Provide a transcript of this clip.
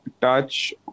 touch